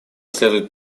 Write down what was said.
следует